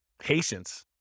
Patience